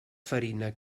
farina